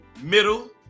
Middle